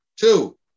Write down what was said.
Two